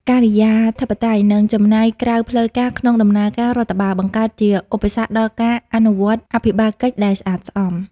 ការិយាធិបតេយ្យ និងចំណាយក្រៅផ្លូវការក្នុងដំណើរការរដ្ឋបាល បង្កើតជាឧបសគ្គដល់ការអនុវត្តអភិបាលកិច្ចដែលស្អាតស្អំ។